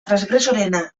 transgresoreena